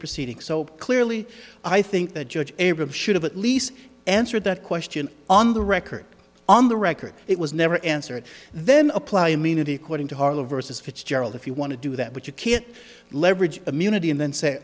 proceeding so clearly i think the judge arabs should have at least answered that question on the record on the record it was never answered then apply immunity according to harlow versus fitzgerald if you want to do that but you can't leverage immunity and then say